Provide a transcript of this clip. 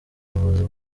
buvuzi